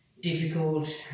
difficult